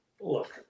Look